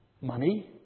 money